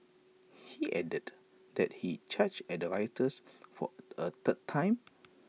he added that he charged at the rioters for A third time